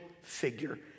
figure